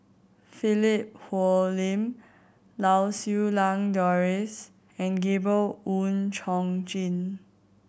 Philip Hoalim Lau Siew Lang Doris and Gabriel Oon Chong Jin